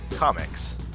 Comics